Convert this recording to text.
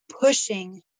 pushing